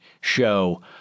show